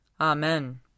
Amen